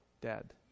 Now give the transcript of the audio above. dead